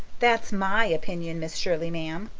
that's my opinion, miss shirley, ma'am.